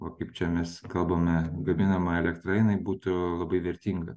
o kaip čia mes kalbame gaminama elektra jinai būtų labai vertinga